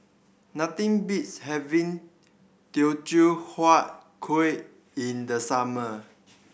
nothing beats having Teochew Huat Kueh in the summer